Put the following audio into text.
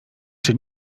czy